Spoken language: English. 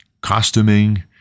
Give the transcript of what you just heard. costuming